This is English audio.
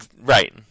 Right